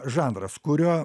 žanras kurio